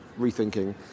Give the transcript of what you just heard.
rethinking